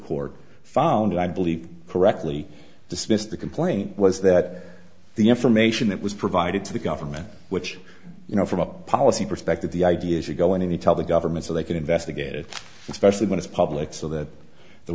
court found i believe correctly dismissed the complaint was that the information that was provided to the government which you know from a policy perspective the idea is you go in and he tell the government so they can investigate it especially when it's public so that the